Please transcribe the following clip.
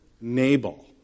Nabal